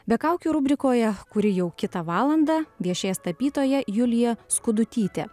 be kaukių rubrikoje kuri jau kitą valandą viešės tapytoja julija skudutytė